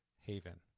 Haven